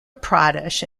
pradesh